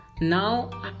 now